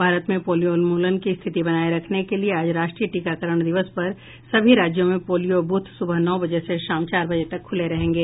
भारत में पोलियो उन्मूलन की स्थिति बनाए रखने के लिए आज राष्ट्रीय टीकाकरण दिवस पर सभी राज्यों में पोलियो बूथ सुबह नौ बजे से शाम चार बजे तक खुले रहेंगे